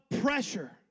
pressure